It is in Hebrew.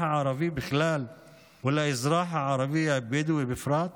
הערבי בכלל ולאזרח הערבי הבדואי בפרט?